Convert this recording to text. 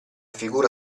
figura